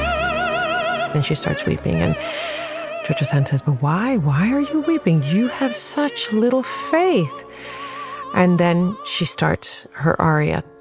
um and she starts weeping and twitches and says, but why? why are you weeping? you have such little faith and then she starts her aria.